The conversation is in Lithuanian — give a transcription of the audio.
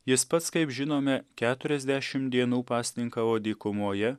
jis pats kaip žinome keturiasdešimt dienų pasninkavo dykumoje